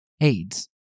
AIDS